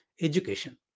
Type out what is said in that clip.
Education